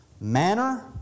manner